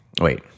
wait